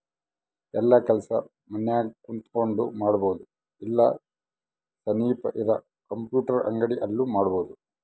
ಯೆಲ್ಲ ಕೆಲಸ ಮನ್ಯಾಗ ಕುಂತಕೊಂಡ್ ಮಾಡಬೊದು ಇಲ್ಲ ಸನಿಪ್ ಇರ ಕಂಪ್ಯೂಟರ್ ಅಂಗಡಿ ಅಲ್ಲು ಮಾಡ್ಬೋದು